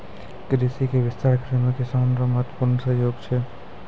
कृषि के विस्तार करै मे किसान रो महत्वपूर्ण सहयोग छै